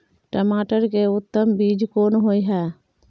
टमाटर के उत्तम बीज कोन होय है?